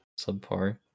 subpar